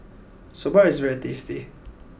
Soba is very tasty